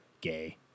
Gay